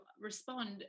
respond